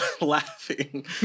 laughing